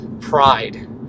pride